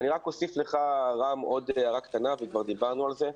אני רק אוסיף לך רם הערה קטנה, וכבר דיברנו על זה,